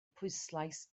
pwyslais